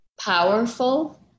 powerful